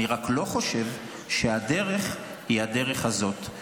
אני רק לא חושב שהדרך היא הדרך הזאת,